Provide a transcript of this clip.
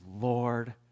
Lord